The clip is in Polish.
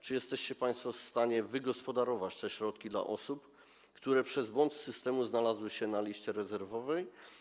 Czy jesteście państwo w stanie wygospodarować te środki dla osób, które przez błąd systemu znalazły się na liście rezerwowej?